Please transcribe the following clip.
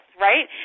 right